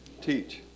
teach